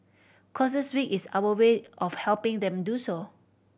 causes Week is our way of helping them do so